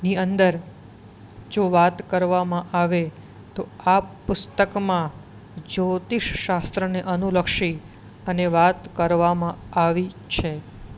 ની અંદર જો વાત કરવામાં આવે તો આ પુસ્તકમાં જ્યોતિષ શાસ્ત્રને અનુલક્ષી અને વાત કરવામાં આવી છે